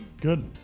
Good